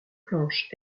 planches